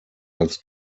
als